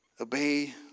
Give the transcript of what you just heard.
Obey